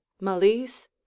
Malise